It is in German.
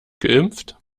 geimpft